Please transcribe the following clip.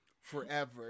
forever